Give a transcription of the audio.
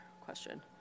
question